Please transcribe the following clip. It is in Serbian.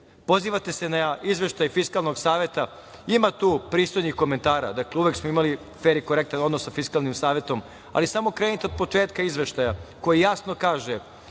se na Izveštaj Fiskalnog saveta. Ima tu pristojnih komentara. Dakle, uvek smo imali fer i korektan odnos sa Fiskalnim savetom, ali samo krenite od početka Izveštaja koji jasno kaže